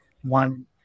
one